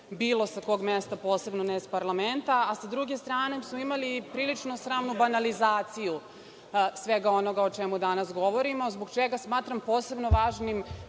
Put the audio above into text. bilo sa kog mesta, posebno ne iz parlamenta. Sa druge strane smo imali prilično sramnu banalizaciju svega onoga o čemu danas govorimo, zbog čega smatram posebno važnim